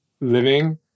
living